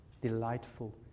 delightful